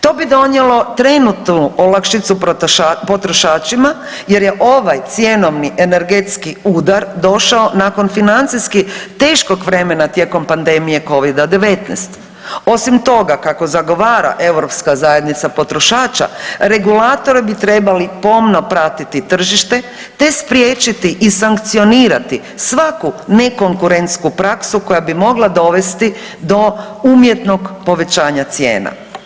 To bi donijelo trenutnu olakšicu potrošačima jer je ovaj cjenovni energetsku udar došao nakon financijski teškog vremena tijekom pandemije covida-19, osim toga kako zagovara Europska zajednica potrošača, regulatori bi trebali pomno pratiti tržište te spriječiti i sankcionirati svaku ne konkurentsku praksu koja bi mogla dovesti do umjetnog povećanja cijena.